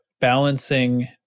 balancing